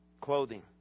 clothing